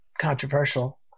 controversial